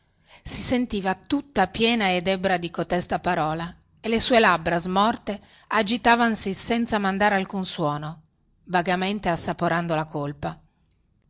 si sentiva tutta piena ed ebbra di cotesta parola e le sue labbra smorte agitavansi senza mandare alcun suono vagamente assaporando la colpa